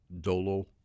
Dolo